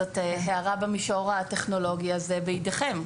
זאת הערה במישור הטכנולוגי וזה בידיכם.